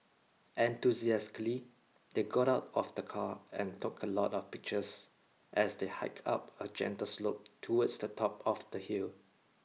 enthusiastically they got out of the car and took a lot of pictures as they hiked up a gentle slope towards the top of the hill